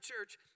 church